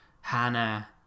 Hannah